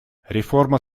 реформа